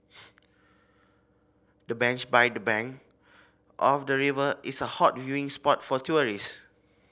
the bench by the bank of the river is a hot viewing spot for tourist